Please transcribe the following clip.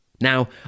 Now